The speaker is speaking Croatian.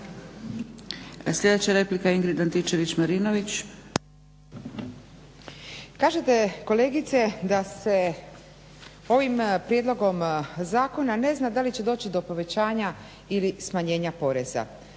Marinović, Ingrid (SDP)** Kažete kolegice da se ovim prijedlogom zakona ne zna da li će doći do povećanja ili smanjenja poreza.